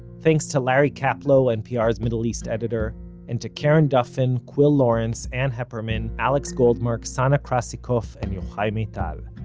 thanks to larry kaplow npr's middle east editor and to karen duffin, quil lawrence, ann hepperman, alex goldmark, sana krasikov and yochai maital.